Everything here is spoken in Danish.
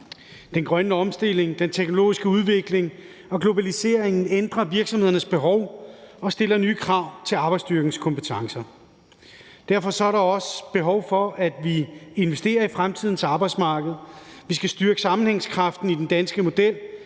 Den grønne omstilling, den teknologiske udvikling og globaliseringen ændrer virksomhedernes behov og stiller nye krav til arbejdsstyrkens kompetencer, og derfor er der også behov for, at vi investerer i fremtidens arbejdsmarked. Vi skal styrke sammenhængskraften i den danske model